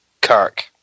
Kirk